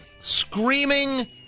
screaming